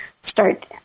start